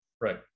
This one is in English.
right